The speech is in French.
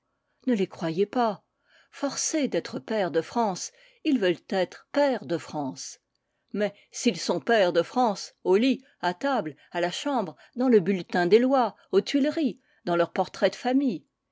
ne les croyez pas forcés d'être pairs de france ils veulent être pairs de france mais s'ils sont pairs de france au lit à table à la chambre dans le bulletin des lois aux tuileries dans leurs protraits de famille